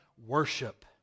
worship